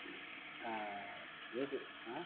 நியூட்டி